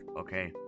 okay